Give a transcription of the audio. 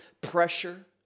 pressure